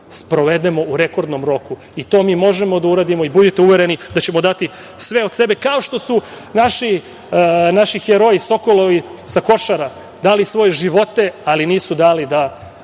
sprovedemo u rekordnom roku. To mi možemo da uradimo i budite uvereni da ćemo dati sve od sebe, kao što su naši heroji, sokolovi sa Košara dali svoje živote, ali nisu dali da